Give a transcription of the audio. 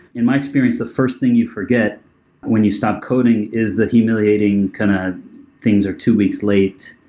in my experience, the first thing you forget when you stop coding is that humiliating kind of things are two weeks late.